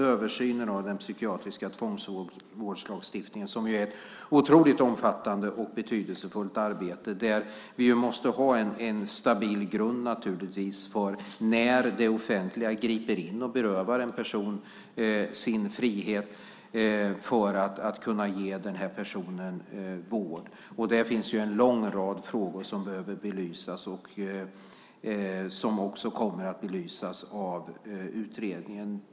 Översynen av den psykiatriska tvångsvårdslagstiftningen är ett otroligt omfattande och betydelsefullt arbete där vi naturligtvis måste ha en stabil grund för när det offentliga griper in och berövar en person dennes frihet - detta för att kunna ge den personen vård. Där finns det en lång rad frågor som behöver belysas och som också kommer att belysas av utredningen.